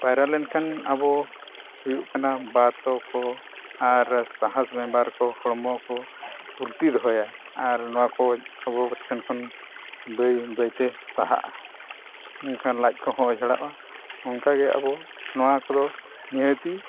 ᱯᱟᱭᱨᱟ ᱞᱮᱱᱠᱷᱟᱱ ᱟᱵᱚ ᱦᱩᱭᱩᱜ ᱠᱟᱱᱟ ᱵᱟᱛᱚ ᱠᱚ ᱟᱨ ᱥᱟᱦᱟᱥ ᱵᱤᱢᱟᱨ ᱠᱚ ᱦᱚᱲᱢᱚ ᱠᱚ ᱯᱷᱩᱨᱛᱤ ᱫᱚᱦᱚᱭᱟᱭ ᱟᱨ ᱱᱚᱣᱟ ᱠᱚ ᱟᱵᱚ ᱴᱷᱮᱱ ᱠᱷᱚᱱ ᱵᱟᱹᱭ ᱵᱟᱹᱭᱛᱮ ᱥᱟᱦᱟᱜᱼᱟ ᱮᱱᱠᱷᱟᱱ ᱞᱟᱡ ᱠᱚ ᱦᱚᱸ ᱚᱡᱷᱲᱟᱜᱼᱟ ᱚᱱᱠᱟᱜᱮ ᱟᱵᱚ ᱱᱚᱣᱟ ᱠᱚᱫᱚ ᱱᱤᱦᱟᱹᱛᱤ